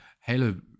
Halo